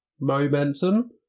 momentum